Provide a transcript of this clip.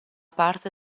parte